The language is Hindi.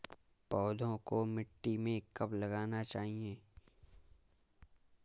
पौधें को मिट्टी में कब लगाना चाहिए?